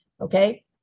Okay